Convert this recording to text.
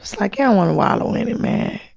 like, i don't wanna wallow in it,